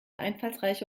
einfallsreiche